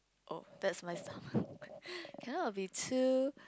oh that's my stomach cannot will be too